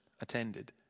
attended